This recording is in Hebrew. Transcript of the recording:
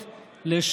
אגב,